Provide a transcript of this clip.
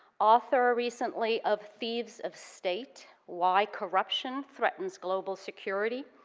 author ah recently of thieves of state why corruption threatens global security,